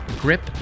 Grip